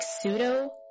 pseudo